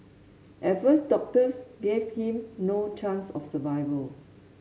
at first doctors gave him no chance of survival